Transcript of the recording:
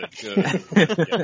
good